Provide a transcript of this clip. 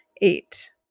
Eight